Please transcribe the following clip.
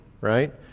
right